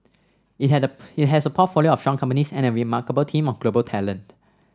it had it has a portfolio of strong companies and a remarkable team of global talent